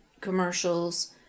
commercials